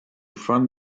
fun